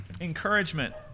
Encouragement